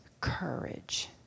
courage